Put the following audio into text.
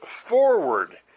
forward